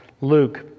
Luke